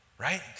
right